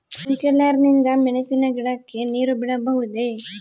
Sprinkler ನಿಂದ ಮೆಣಸಿನಕಾಯಿ ಗಿಡಕ್ಕೆ ನೇರು ಬಿಡಬಹುದೆ?